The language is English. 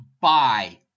buy